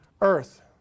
earth